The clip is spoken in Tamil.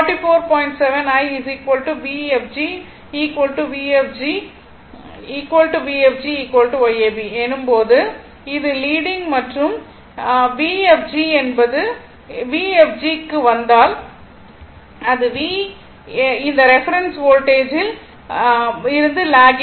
7 I Vfg Vfg Vfg Yab எனும் போது இது லீடிங் மற்றும் Vfg க்கு வந்தால் அது V என்ற இந்த ரெஃபரென்ஸ் வோல்டேஜில் இருந்து லாக்கிங் ஆகிறது